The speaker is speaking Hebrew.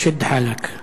שד חאלכ.